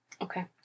Okay